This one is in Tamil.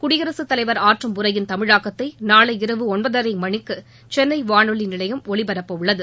குடியரகத்தலைவர் ஆற்றும் உரையின் தமிழாக்கத்தை நாளை இரவு ஒன்பதரை மணிக்கு சென்னை வானொலி நிலையம் ஒலிபரப்பவுள்ளது